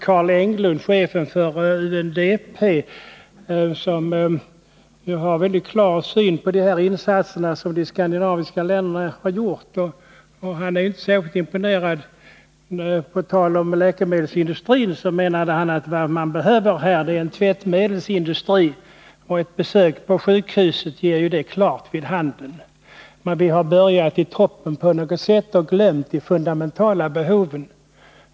Carl Englund, chefen för UNDP, har en mycket klar syn på de insatser som de skandinaviska länderna har gjort i Vietnam, och han är inte särskilt imponerad. Han menar, appropå talet om en läkemedelsindustri, att vad Vietnam behöver är en tvättmedelsindustri, vilket ett besök på sjukhuset klart ger vid handen. Vi har på något sätt börjat i toppen och glömt de fundamentala behoven.